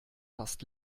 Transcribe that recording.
fast